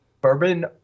Bourbon